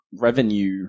revenue